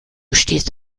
stehst